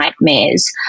nightmares